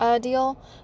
deal